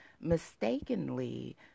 mistakenly